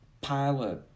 pilot